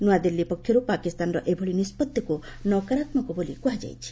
ନୂଆଦିଲ୍ଲୀ ପକ୍ଷରୁ ପାକିସ୍ତାନର ଏଭଳି ନିଷ୍ପଭିକୁ ନକାରାତ୍ମକ ବୋଲି କୁହାଯାଇଛି